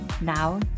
Now